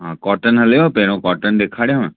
हा कॉटन हलेव पहिरों कॉटन ॾेखारियांव